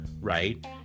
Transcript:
right